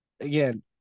again